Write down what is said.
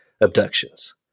abductions